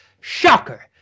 Shocker